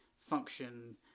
function